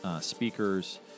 speakers